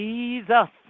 Jesus